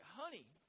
honey